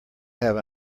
have